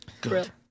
Good